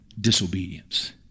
disobedience